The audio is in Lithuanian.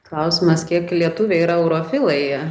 klausimas kiek lietuviai yra eurofilai